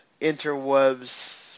interwebs